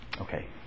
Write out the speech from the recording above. Okay